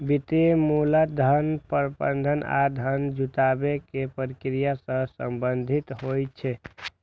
वित्त मूलतः धन प्रबंधन आ धन जुटाबै के प्रक्रिया सं संबंधित होइ छै